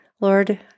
Lord